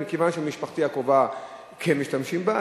מכיוון שבמשפחתי הקרובה כן משתמשים בה,